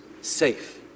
safe